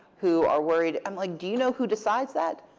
who are worried. i'm like, do you know who decides that?